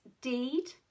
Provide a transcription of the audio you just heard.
deed